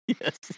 Yes